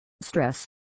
stress